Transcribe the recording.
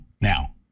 now